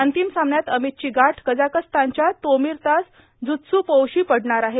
अंतिम सामन्यात अमितची गाठ कझाकस्तानच्या तोमिर्तास झुस्स्पोव्हशी पडणार आहे